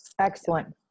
Excellent